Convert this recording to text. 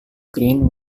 green